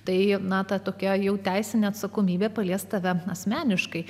tai nata tokia jau teisinė atsakomybė palies tave asmeniškai